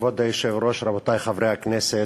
כבוד היושב-ראש, רבותי חברי הכנסת,